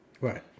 Right